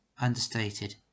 understated